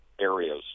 areas